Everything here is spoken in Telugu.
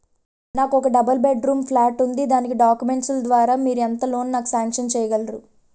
నాకు ఒక డబుల్ బెడ్ రూమ్ ప్లాట్ ఉంది దాని డాక్యుమెంట్స్ లు ద్వారా మీరు ఎంత లోన్ నాకు సాంక్షన్ చేయగలరు?